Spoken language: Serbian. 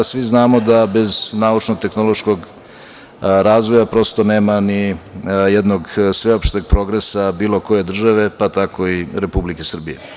Svi znamo da bez naučno-tehnološkog razvoja prosto nema ni jednog sveopšteg progresa bilo koje države, pa tako i Republike Srbije.